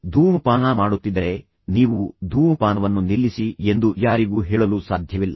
ನೀವು ಧೂಮಪಾನ ಮಾಡುತ್ತಿದ್ದರೆ ನೀವು ಧೂಮಪಾನವನ್ನು ನಿಲ್ಲಿಸಿ ಎಂದು ಯಾರಿಗೂ ಹೇಳಲು ಸಾಧ್ಯವಿಲ್ಲ